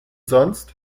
sonst